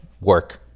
work